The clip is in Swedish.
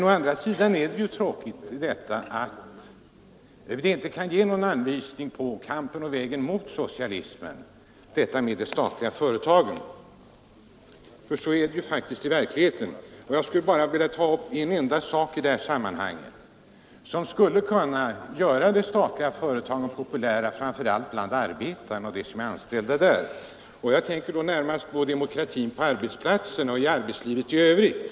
Å andra sidan är det tråkigt att man när det gäller de statliga företagen inte kan ge någon anvisning på kampen för och vägen till socialism. Så är det faktiskt i verkligheten. Jag vill i detta sammanhang ta upp en enda fråga, som skulle kunna göra de statliga företagen populära bland de anställda. Jag tänker då närmast på demokratin på arbetsplatsen och i arbetslivet i övrigt.